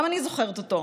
גם אני זוכרת אותו,